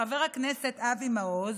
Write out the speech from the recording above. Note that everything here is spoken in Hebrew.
לחבר הכנסת אבי מעוז,